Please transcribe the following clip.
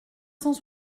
cent